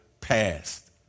past